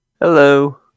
hello